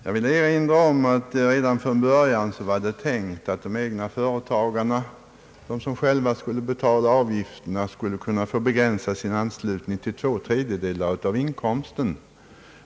Jag vill erinra om att det redan från början var tänkt att de egna företagarna, som själva skulle betala avgifterna, skulle få begränsa sin anslutning till två tredjedelar av inkomsten.